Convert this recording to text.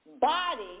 body